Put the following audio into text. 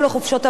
והיום,